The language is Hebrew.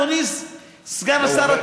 אדוני סגן השר,